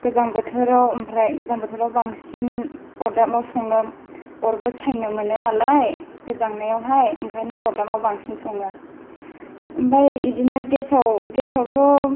गोजां बोथोराव ओमफ्राय गोजां बोथोराव बांसिन अरदाबआव सङो अरबो सायनो मोनो नालाय गोजांनायावहाय ओंखायनो अरदाबआव बांसिन सङो ओमफाय इदिनो गेसाव गेसआवथ'